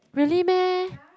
really meh